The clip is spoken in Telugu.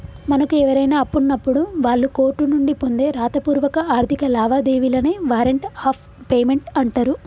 మనకు ఎవరైనా అప్పున్నప్పుడు వాళ్ళు కోర్టు నుండి పొందే రాతపూర్వక ఆర్థిక లావాదేవీలనే వారెంట్ ఆఫ్ పేమెంట్ అంటరు